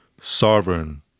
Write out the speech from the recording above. sovereign